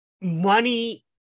money